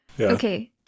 Okay